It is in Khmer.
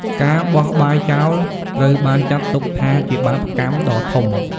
ការបោះបាយចោលត្រូវបានចាត់ទុកថាជាបាបកម្មដ៏ធំ។